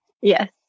Yes